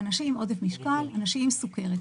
אנשים עם עודף סוכר, אנשים עם סוכרת.